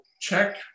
check